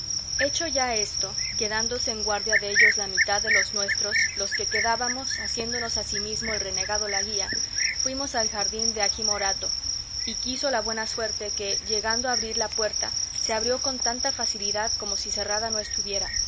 hecho ya esto quedándose en guardia dellos la mitad de los nuestros los que quedábamos haciéndonos asimismo el renegado la guía fuimos al jardín de agi morato y quiso la buena suerte que llegando a abrir la puerta se abrió con tanta facilidad como si cerrada no estuviera